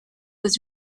was